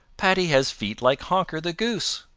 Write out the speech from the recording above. paddy has feet like honker the goose!